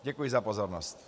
Děkuji za pozornost.